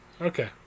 Okay